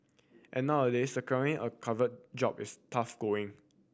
and nowadays securing a covet job is tough going